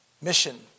mission